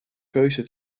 keuze